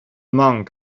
monk